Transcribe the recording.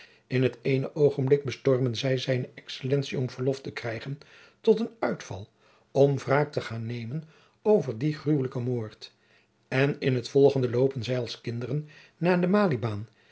in het eene oogenblik bestormen zij zijne excellentie om verlof te krijgen tot een uitval om wraak te gaan nemen over dien gruwelijken moord en in het jacob van lennep de pleegzoon volgende loopen zij als kinderen naar de maliebaan